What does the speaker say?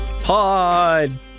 Pod